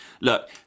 Look